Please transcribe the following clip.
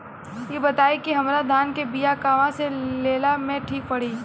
इ बताईं की हमरा धान के बिया कहवा से लेला मे ठीक पड़ी?